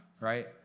right